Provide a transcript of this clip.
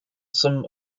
some